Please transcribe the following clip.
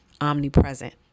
omnipresent